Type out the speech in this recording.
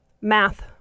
Math